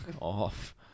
off